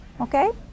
okay